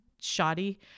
shoddy